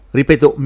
ripeto